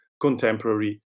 contemporary